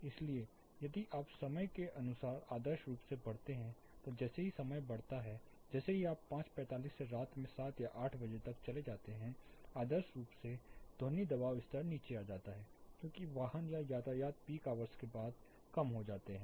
इसलिए यदि आप समय के अनुसार आदर्श रूप से बढ़ते हैं तो जैसे ही समय बढ़ता है जैसे आप 545 से रात में 7 या 8 बजे तक चले जाते हैं आदर्श रूप से ध्वनि दबाव स्तर नीचे आता है क्योंकि वाहन या यातायात पीक आवर्स के बाद कम हो जाते हैं